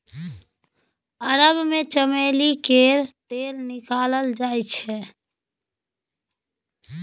अरब मे चमेली केर तेल निकालल जाइ छै